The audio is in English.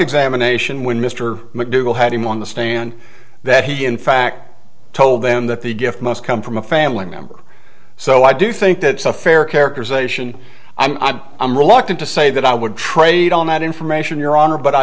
examination when mr mcdougal had him on the stand that he in fact told them that the gifts must come from a family member so i do think that's a fair characterization i'm i'm reluctant to say that i would trade on that information your honor but i